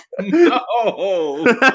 No